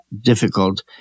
difficult